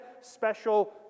special